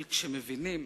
אבל כשמבינים,